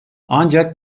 ancak